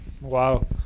Wow